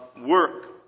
work